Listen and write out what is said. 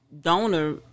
donor